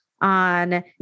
on